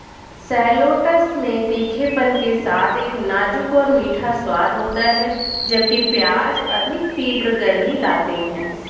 shallots में तीखेपन के साथ एक नाजुक और मीठा स्वाद होता है, जबकि प्याज अधिक तीव्र गर्मी लाते हैं